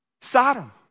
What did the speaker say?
Sodom